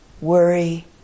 worry